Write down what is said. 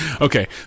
Okay